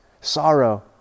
Sorrow